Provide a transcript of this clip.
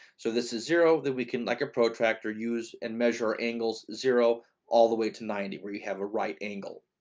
so this is zero, then we can like a protractor use and measure angles, zero all the way to ninety, where you have a right angle.